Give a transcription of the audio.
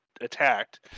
attacked